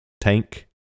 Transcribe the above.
tank